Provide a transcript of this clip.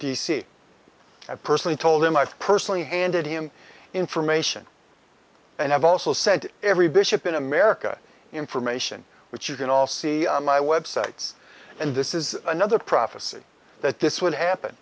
i've personally told him i've personally handed him information and i've also said to every bishop in america information which you can all see my websites and this is another prophecy that this would happen